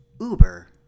Uber